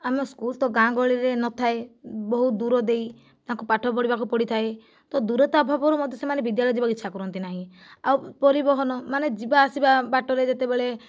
ଆମ ସ୍କୁଲ ତ ଗାଁ ଗହଳିରେ ନଥାଏ ବହୁତ ଦୂର ଦେଇ ତାଙ୍କୁ ପାଠ ପଢ଼ିବାକୁ ପଡ଼ିଥାଏ ତ ଦୂରତା ଅଭାବରୁ ମଧ୍ୟ ସେମାନେ ବିଦ୍ୟାଳୟ ଯିବାକୁ ଇଚ୍ଛା କରନ୍ତି ନାହିଁ ଆଉ ପରିବହନ ମାନେ ଯିବା ଆସିବା ବାଟରେ ଯେତେବେଳେ